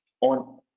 on